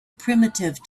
primitive